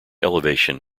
elevation